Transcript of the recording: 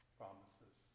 promises